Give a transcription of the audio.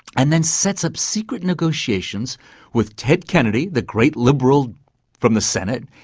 and then sets up secret negotiations with ted kennedy, the great liberal from the senate,